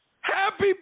Happy